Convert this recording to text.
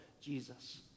Jesus